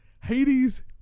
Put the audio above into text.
Hades